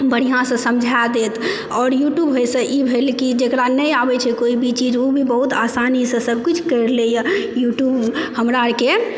बढ़िऑं से समझा देत और युट्युब होइ सँ ई भेलै कि जेकरा नहि आबै छै कोई भी चीज ओ भी बहुत आसानी सॅं सब किछु कर लैया युट्युब हमरा आरके थोड़ा सा कोई भी